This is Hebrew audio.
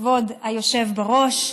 כבוד היושב-ראש,